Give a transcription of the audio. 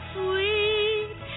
sweet